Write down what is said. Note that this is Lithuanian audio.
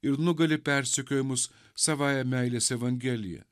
ir nugali persekiojimus savąja meilės evangelija